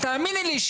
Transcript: תאמיני לי,